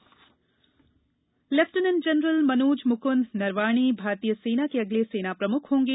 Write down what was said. सेना प्रमुख lieutenant general Manoj Mukund Naravane भारतीय सेना के अगले सेना प्रमुख होंगे